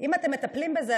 אם אתם מטפלים בזה,